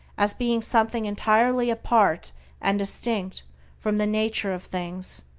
as being something entirely apart and distinct from the nature of things,